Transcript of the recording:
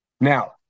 Now